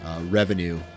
revenue